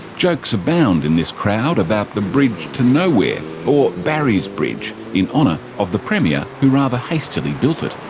jokes abound in this crowd about the bridge to nowhere or barry's bridge in honour of the premier who rather hastily built it.